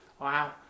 Wow